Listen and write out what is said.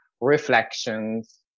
reflections